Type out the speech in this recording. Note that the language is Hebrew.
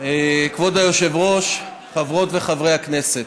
כבוד היושב-ראש, חברות וחברי הכנסת,